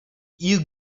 you